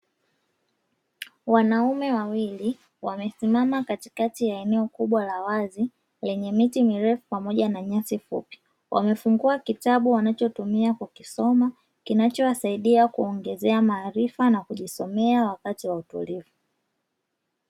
Wanaume wawili, wamesimama katikati ya eneo kubwa la wazi lenye miti mirefu pamoja na nyasi fupi. Wamefungua kitabu wanachokitumia kusoma, kinachowasaidia kuongezea maarifa na kujisomea wakati wa utulivu.